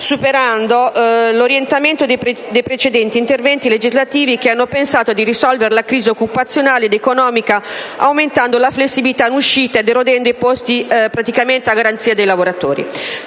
superando l'orientamento dei precedenti interventi legislativi che hanno pensato di risolvere la crisi occupazionale ed economica aumentando la flessibilità in uscita ed erodendo le garanzie dei lavoratori.